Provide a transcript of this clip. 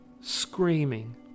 Screaming